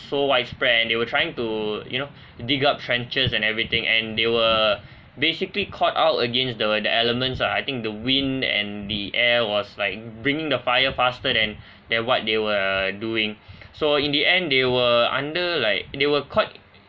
so widespread and they were trying to you know dig up trenches and everything and they were basically caught out against the the elements ah I think the wind and the air was like bringing the fire faster than there what they were doing so in the end they were under like they were caught